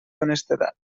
honestedat